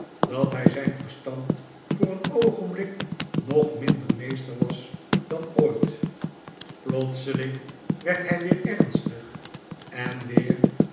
dat hij zijn verstand voor een oogenblik nog minder meester was dan ooit plotseling werd hij weer ernstig en weer